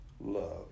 love